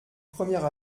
première